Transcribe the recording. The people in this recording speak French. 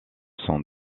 sont